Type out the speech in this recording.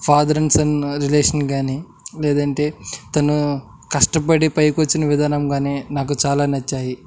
father and son relation కానీ లేదు అంటే తను కష్టపడి పైకి వచ్చిన విధానం కానీ నాకు చాలా నచ్చాయి